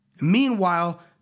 Meanwhile